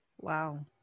Wow